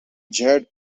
jade